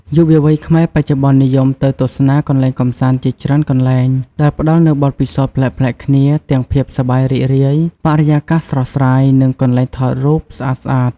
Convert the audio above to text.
យុវវ័យខ្មែរបច្ចុប្បន្ននិយមទៅទស្សនាកន្លែងកម្សាន្តជាច្រើនកន្លែង ដែលផ្ដល់នូវបទពិសោធន៍ប្លែកៗគ្នា ទាំងភាពសប្បាយរីករាយ បរិយាកាសស្រស់ស្រាយ និងកន្លែងថតរូបស្អាតៗ។